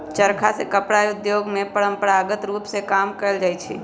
चरखा से कपड़ा उद्योग में परंपरागत रूप में काम कएल जाइ छै